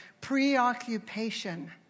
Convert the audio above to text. preoccupation